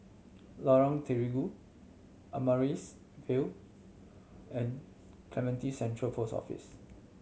Lorong Terigu Amaryllis Ville and Clementi Central Post Office